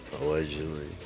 allegedly